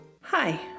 Hi